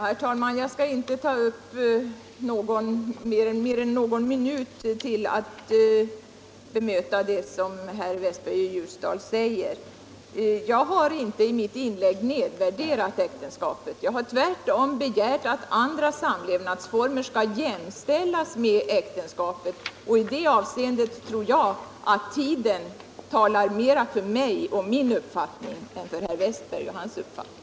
Herr talman! Jag skall inte ta upp mer än någon minut till att bemöta det som herr Westberg i Ljusdal säger. Jag har i mitt inlägg inte nedvärderat äktenskapet. Jag har tvärtom begärt att andra samlevnadsformer skall jämställas med äktenskapet. I det avseendet tror jag att tiden verkar mer för mig och min uppfattning än för herr Westberg och hans uppfattning.